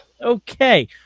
Okay